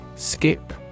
Skip